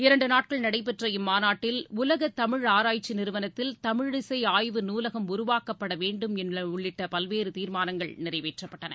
இரண்டுநாட்கள் நடைபெற்ற இம்மாநாட்டில் உலகதமிழ் ஆராய்ச்சிநிறுவனத்தில் தமிழிசைஆய்வு நூலகம் உருவாக்கப்படவேண்டும் உள்ளிட்டபல்வேறுதீர்மானங்கள் நிறைவேற்றப்பட்டன